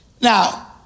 Now